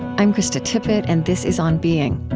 i'm krista tippett, and this is on being